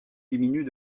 diminuent